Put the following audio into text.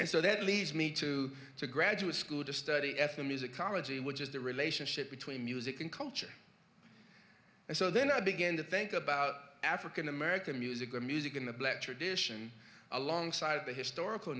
and so that leads me to to graduate school to study ethnomusicology which is the relationship between music and culture and so then i begin to think about african american music or music in the black tradition alongside the historical